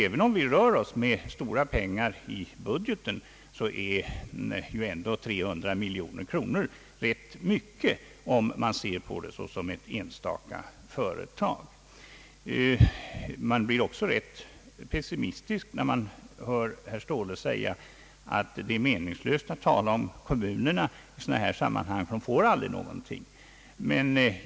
Även om vi rör oss med stora pengar i budgeten, är dock 300 miljoner kronor rätt mycket när det gäller ett enstaka företag. Man blir också rätt pessimistisk när man hör herr Ståhle säga att det är meningslöst att tala om kommunalskatt i sådana här sammanhang därför att kommunerna aldrig får någon.